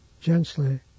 gently